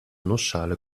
nussschale